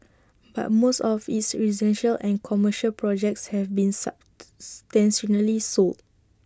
but most of its residential and commercial projects have been substantially sold